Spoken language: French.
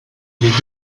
les